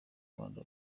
rwanda